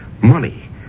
money